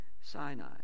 Sinai